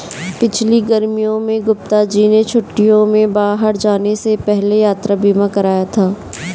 पिछली गर्मियों में गुप्ता जी ने छुट्टियों में बाहर जाने से पहले यात्रा बीमा कराया था